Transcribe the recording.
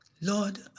Lord